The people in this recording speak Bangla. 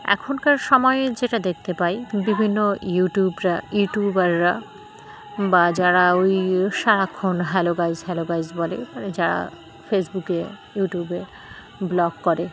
এখনকার সময়ে যেটা দেখতে পাই বিভিন্ন ইউটিউবরা ইউটিউবাররা বা যারা ওই সারাক্ষণ হ্যালো গাইজ হ্যালো গাইজ বলে যারা ফেসবুকে ইউটিউবে ব্লগ করে